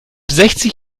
sechzig